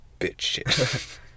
Bitch